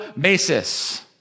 basis